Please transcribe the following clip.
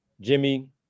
Jimmy